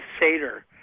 Seder